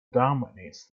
dominates